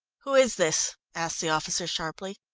who is this? asked the officer sharply.